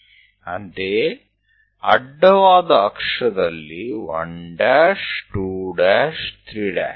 એ જ રીતે આડી અક્ષ પર 1234 અને O